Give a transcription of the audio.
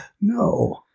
No